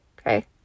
Okay